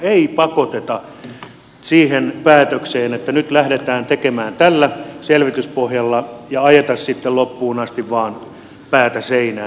ei pakoteta siihen päätökseen että nyt lähdetään tekemään tällä selvityspohjalla ja ajeta sitten loppuun asti vain päätä seinään